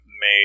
made